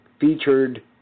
featured